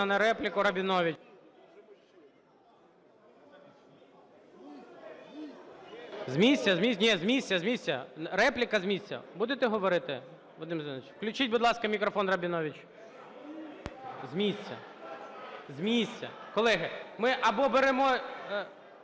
на репліку – Рабінович. З місця, з місця. Ні, з місця, репліка з місця, будете говорити, Вадим Зіновійович? Включіть, будь ласка, мікрофон Рабіновичу. З місця, з місця. Колеги, ми або беремо...